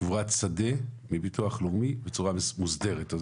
קבורת שדה, מביטוח לאומי בצורה מוסדרת.